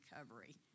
recovery